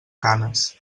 canes